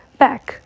,back